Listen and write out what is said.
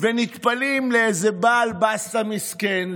ונטפלים לאיזה בעל באסטה מסכן,